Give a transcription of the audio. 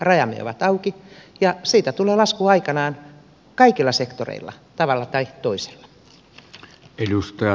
rajamme ovat auki ja siitä tulee lasku aikanaan kaikilla sektoreilla tavalla tai toisella